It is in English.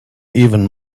even